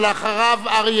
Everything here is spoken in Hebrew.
משה גפני ואורי